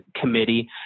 Committee